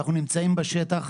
אנחנו נמצאים בשטח,